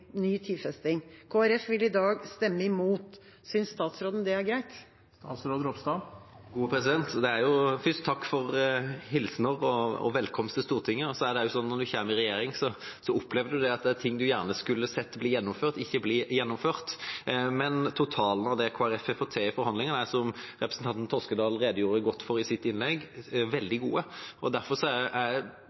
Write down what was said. vil i dag stemme imot. Synes statsråden det er greit? Først: Takk for hilsener og velkomst til Stortinget. Det er slik at når en kommer i regjering, opplever en at det er ting en gjerne skulle sett bli gjennomført, som ikke blir gjennomført. Men totalen av det Kristelig Folkeparti har fått til i forhandlingene, er – som representanten Toskedal redegjorde godt for i sitt innlegg – veldig god. Derfor er jeg